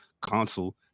console